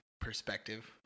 perspective